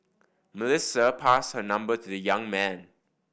Melissa passed her number to the young man